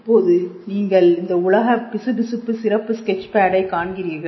இப்போது நீங்கள் இந்த உலக பிசுபிசுப்பு சிறப்பு ஸ்கெட்ச் பேட்டை காண்கிறீர்கள்